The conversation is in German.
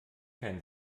kein